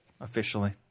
officially